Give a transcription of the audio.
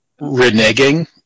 reneging